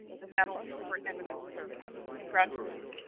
the medal for eminent service. congratulations.